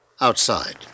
Outside